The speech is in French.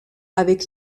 avec